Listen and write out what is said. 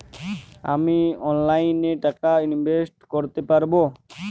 আমি অনলাইনে টাকা ইনভেস্ট করতে পারবো?